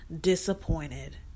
disappointed